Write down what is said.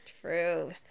Truth